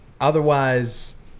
otherwise